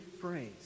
phrase